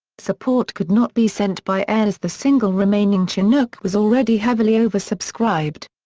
support could not be sent by air as the single remaining chinook was already heavily oversubscribed.